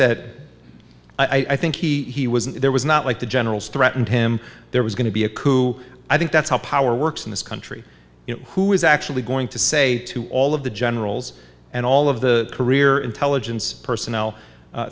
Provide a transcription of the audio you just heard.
that i think he he was there was not like the generals threatened him there was going to be a coup i think that's how power works in this country who is actually going to say to all of the generals and all of the career intelligence personnel